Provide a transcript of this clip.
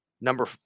number